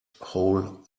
whole